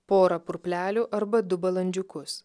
porą purplelių arba du balandžiukus